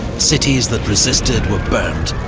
cities that resisted were burnt,